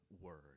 word